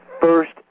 first